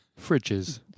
Fridges